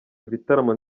ibitaramo